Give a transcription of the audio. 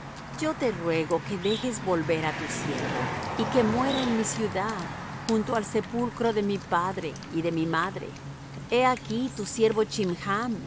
yo te ruego que dejes volver á tu siervo y que muera en mi ciudad junto al sepulcro de mi padre y de mi madre he aquí tu siervo chimham